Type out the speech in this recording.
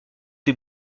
des